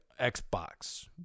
Xbox